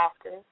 often